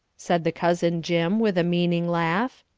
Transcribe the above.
said the cousin jim, with a meaning laugh.